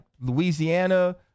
Louisiana